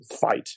fight